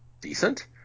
decent